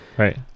right